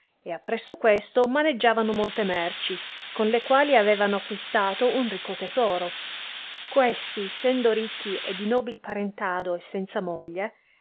e appresso questo maneggiavano molte merci con le quali avevano acquistato un ricco tesoro questi sendo ricchi e di uobil parentado e senza moglie